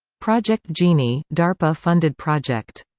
project genie darpa funded project.